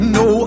no